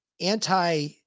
anti